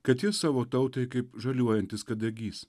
kad jis savo tautai kaip žaliuojantis kadagys